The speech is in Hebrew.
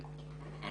כן.